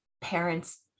parents